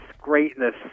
greatness